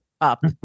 up